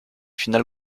finale